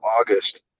August